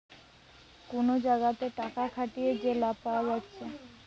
কুনো জাগাতে টাকা খাটিয়ে যে লাভ পায়া যাচ্ছে